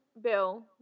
Bill